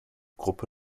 gruppe